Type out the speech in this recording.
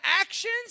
actions